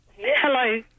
Hello